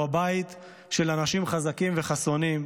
הוא הבית של אנשים חזקים וחסונים,